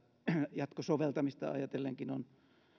jatkosoveltamista ajatellenkin on